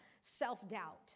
self-doubt